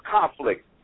conflict